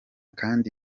kandi